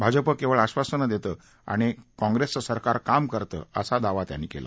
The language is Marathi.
भाजपा केवळ आश्वासनं देतं आणि काँप्रेसचं सरकार कामं करतं असा दावा त्यांनी केला